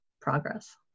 progress